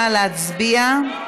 נא להצביע.